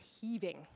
heaving